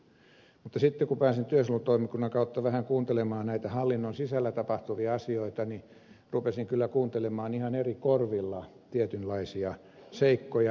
mutta kun pääsin työsuojelutoimikunnan kautta vähän kuuntelemaan näitä hallinnon sisällä tapahtuvia asioita rupesin kyllä kuuntelemaan ihan eri korvilla tietynlaisia seikkoja